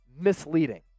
misleading